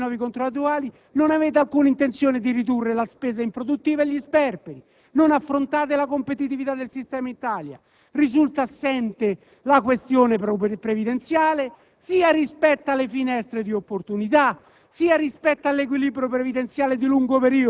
Risultano assenti le quantificazioni per i prossimi rinnovi contrattuali. Non avete alcuna intenzione di ridurre la spesa improduttiva e gli sperperi; non affrontate la competitività del sistema Italia. Risulta assente la questione previdenziale